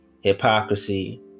hypocrisy